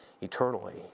eternally